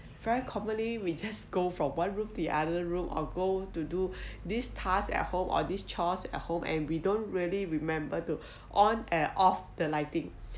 very commonly we just go from one room the other room or go to do this task at home or these chores at home and we don't really remember to on eh off the lighting